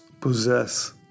possess